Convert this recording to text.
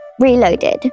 reloaded